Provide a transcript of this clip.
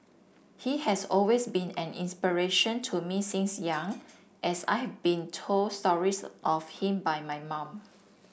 he has always been an inspiration to me since young as I've been told stories of him by my mum